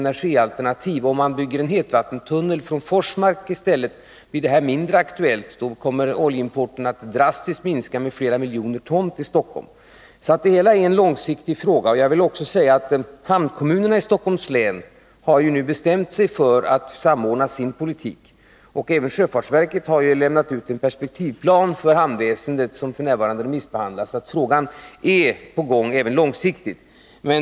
Bygger man i stället en hetvattentunnel från Forsmark, blir det här mindre aktuellt. Då skulle oljeimporten till Stockholm minska drastiskt med flera miljoner ton. Det hela är alltså en långsiktig fråga. Hamnkommunerna i Stockholms län har bestämt sig för att samordna sin politik. Även sjöfartsverket har lämnat ut en perspektivplan för hamnväsendet, så frågan behandlas också långsiktigt.